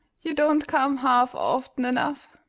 you don't come half often enough.